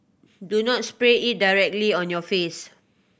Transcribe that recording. do not spray it directly on your face